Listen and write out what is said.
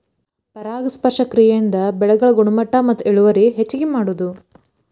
ಪರಾಗಸ್ಪರ್ಶ ಕ್ರಿಯೆಯಿಂದ ಬೆಳೆಗಳ ಗುಣಮಟ್ಟ ಮತ್ತ ಇಳುವರಿ ಹೆಚಗಿ ಮಾಡುದು